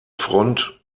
front